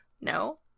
No